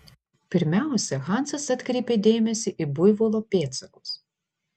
pirmiausia hansas atkreipė dėmesį į buivolo pėdsakus